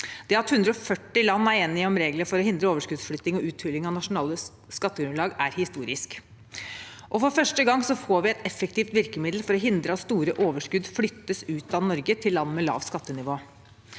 Det at 140 land er enige om regler for å hindre overskuddsflytting og uthuling av nasjonale skattegrunnlag, er historisk. For første gang får vi et effektivt virkemiddel for å hindre at store overskudd flyttes ut av Norge til land med lavt skattenivå.